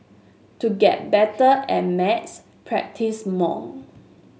to get better at maths practise more